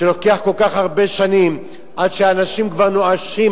לוקח כל כך הרבה שנים עד שהאנשים כבר נואשים.